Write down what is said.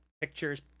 pictures